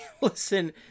Listen